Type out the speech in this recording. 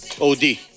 OD